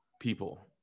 people